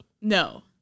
No